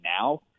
now